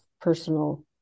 personal